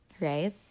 right